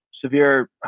severe